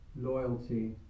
loyalty